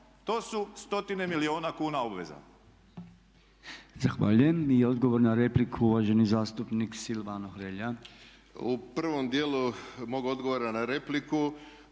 to su stotine milijuna kuna obveza.